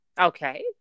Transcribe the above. Okay